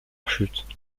chutes